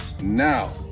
now